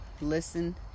listen